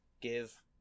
give